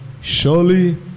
surely